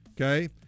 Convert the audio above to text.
Okay